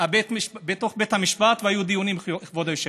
בית המשפט, והיו דיונים, כבוד היושב-ראש.